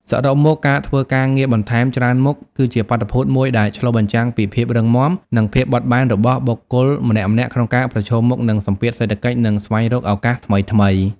សរុបមកការធ្វើការងារបន្ថែមច្រើនមុខ គឺជាបាតុភូតមួយដែលឆ្លុះបញ្ចាំងពីភាពរឹងមាំ និងភាពបត់បែនរបស់បុគ្គលម្នាក់ៗក្នុងការប្រឈមមុខនឹងសម្ពាធសេដ្ឋកិច្ច និងស្វែងរកឱកាសថ្មីៗ។